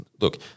look